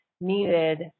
needed